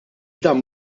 dan